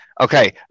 Okay